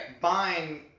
buying